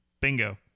Bingo